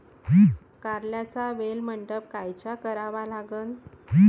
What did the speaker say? कारल्याचा वेल मंडप कायचा करावा लागन?